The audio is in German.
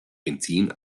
benzin